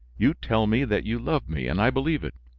you tell me that you love me, and i believe it.